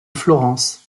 florence